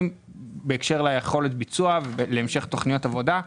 בהקשר ליכולת ביצוע להמשך תוכניות עבודה.